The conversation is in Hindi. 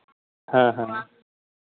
हाँ हाँ